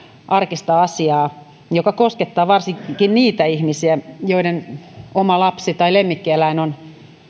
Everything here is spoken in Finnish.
arkista asiaa joka koskettaa varsinkin niitä ihmisiä joiden oma lapsi tai lemmikkieläin on